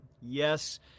Yes